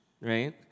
right